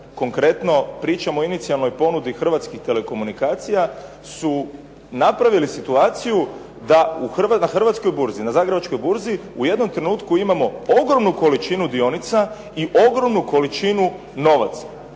konkretno pričam o inicijalnoj ponudi Hrvatskih telekomunikacija su napravili situaciji da na Hrvatskoj burzi, na Zagrebačkoj burzi u jednom trenutku imamo ogromnu količinu dionica i ogromnu količinu novaca.